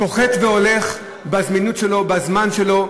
פוחת והולך בזמינות שלו, בזמן שלו.